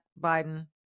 Biden